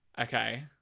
Okay